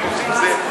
והם עושים זה,